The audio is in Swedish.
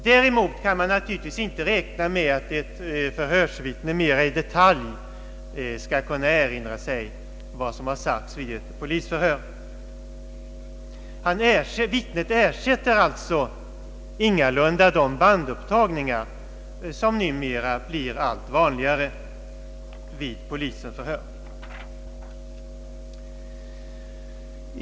Däremot kan man naturligtvis inte räkna med att ett förhörsvittne mer i detalj skall kunna erinra sig vad som har sagts vid ett polisförhör — vittnet ersätter alltså ingalunda de bandupptagningar som numera blir allt vanligare vid sådana förhör.